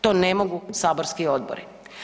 To ne mogu saborski odbori.